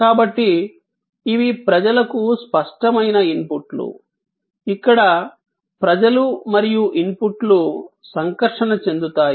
కాబట్టి ఇవి ప్రజలకు స్పష్టమైన ఇన్పుట్లు ఇక్కడ ప్రజలు మరియు ఇన్పుట్లు సంకర్షణ చెందుతాయి